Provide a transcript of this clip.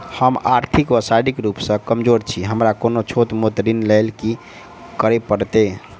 हम आर्थिक व शारीरिक रूप सँ कमजोर छी हमरा कोनों छोट मोट ऋण लैल की करै पड़तै?